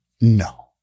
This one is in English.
No